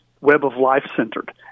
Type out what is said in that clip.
web-of-life-centered